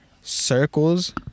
Circles